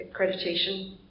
accreditation